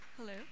Hello